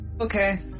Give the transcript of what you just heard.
Okay